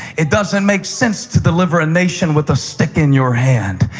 it doesn't make sense to deliver a nation with a stick in your hand.